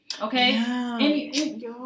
Okay